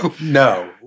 No